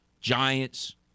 Giants